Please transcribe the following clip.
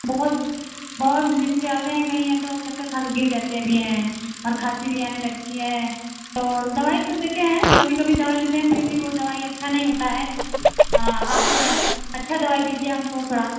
बहुत बहुत बीजी से जा रहे हैं कहीं ऐसा हो चक्कर खा के गिर जाते भी हैं और खाँसी भी आने लगती है तो दवाई तो लेते हैं कभी कभी दवाई लेते हैं फिर भी वो दवाई अच्छा नहीं होता है हाँ आप अच्छा दवाई दीजिए हमको थोड़ा